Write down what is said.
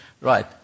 right